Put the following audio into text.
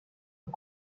aux